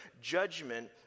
judgment